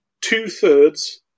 two-thirds